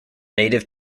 native